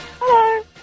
Hello